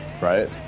right